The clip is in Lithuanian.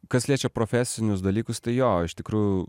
kas liečia profesinius dalykus tai jo iš tikrųjų